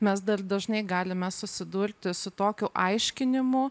mes dar dažnai galime susidurti su tokiu aiškinimu